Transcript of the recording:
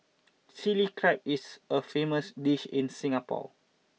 Chilli Crab is a famous dish in Singapore